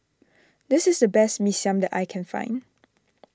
this is the best Mee Siam that I can find